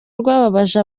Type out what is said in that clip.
rwababaje